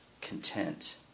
content